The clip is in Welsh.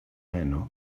heno